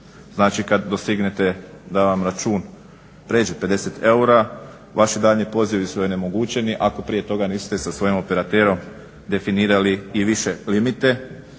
znači kad dostignete da vam račun prijeđe 50 eura vaši daljnji pozivi su onemogućeni, ako prije toga niste sa svojim operaterom definirali i više limite.